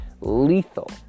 lethal